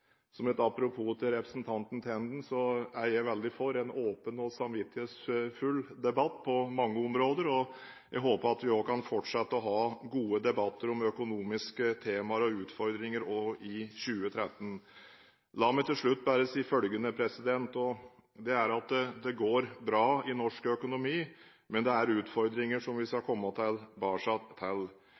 Som et apropos til representanten Tenden: Jeg er veldig for en åpen og samvittighetsfull debatt på mange områder, og jeg håper at vi kan fortsette å ha gode debatter om økonomiske temaer og utfordringer også i 2013. La meg til slutt bare si følgende, og det er at det går bra i norsk økonomi, men det er utfordringer som vi skal komme tilbake til. Jeg har også lyst til